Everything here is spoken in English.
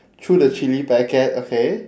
threw the chilli packet okay